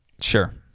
Sure